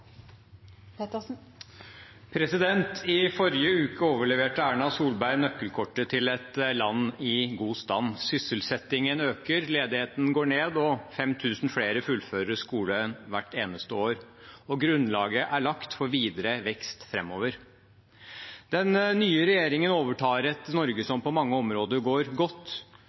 I forrige uke overleverte Erna Solberg nøkkelkortet til et land i god stand. Sysselsettingen øker, ledigheten går ned, og 5 000 flere fullfører skolen hvert eneste år. Grunnlaget er lagt for videre vekst framover. Den nye regjeringen overtar et Norge som på mange områder går godt,